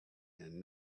and